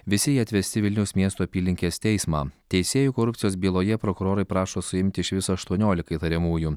visi jie atvesti į vilniaus miesto apylinkės teismą teisėjų korupcijos byloje prokurorai prašo suimti iš viso aštuoniolika įtariamųjų